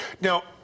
Now